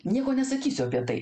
nieko nesakysiu apie tai